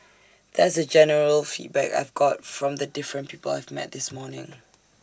that's the general feedback I've got from the different people I've met this morning